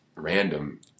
random